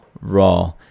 raw